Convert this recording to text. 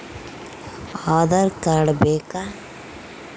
Aadhaar card ಬೇಕಾ?